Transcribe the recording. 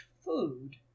food